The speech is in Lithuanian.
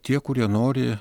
tie kurie nori